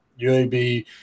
UAB